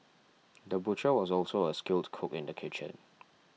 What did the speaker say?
the butcher was also a skilled cook in the kitchen